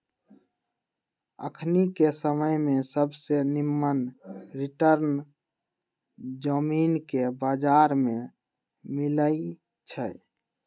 अखनिके समय में सबसे निम्मन रिटर्न जामिनके बजार में मिलइ छै